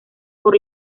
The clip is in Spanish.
por